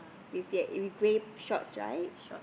with yet with grey shorts right